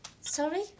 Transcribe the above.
Sorry